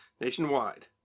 nationwide